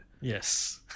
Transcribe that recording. yes